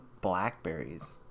blackberries